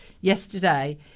yesterday